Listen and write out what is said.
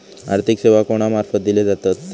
आर्थिक सेवा कोणा मार्फत दिले जातत?